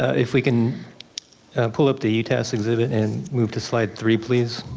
ah if we can and pull up the utas exhibit and move to slide three please.